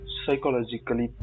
psychologically